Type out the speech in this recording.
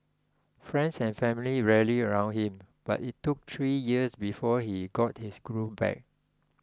friends and family rallied around him but it took three years before he got his groove back